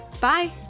Bye